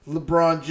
LeBron